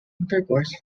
intercourse